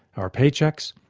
our paycheques,